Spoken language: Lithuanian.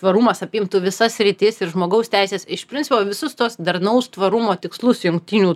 tvarumas apimtų visas sritis ir žmogaus teises iš principo visus tuos darnaus tvarumo tikslus jungtinių